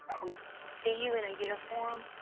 we see you in a uniform.